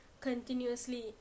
continuously